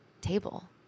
table